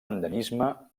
endemisme